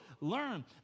learn